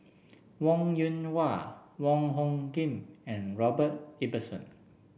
Wong Yoon Wah Wong Hung Khim and Robert Ibbetson